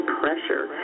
pressure